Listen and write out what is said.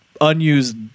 unused